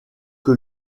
que